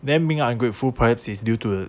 then maybe the ungrateful perhaps is due to the